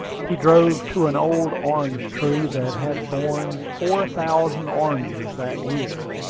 he drove to an old orange-tree that had borne four thousand oranges that year.